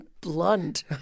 blunt